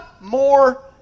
more